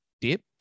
dip